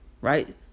right